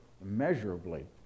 immeasurably